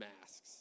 masks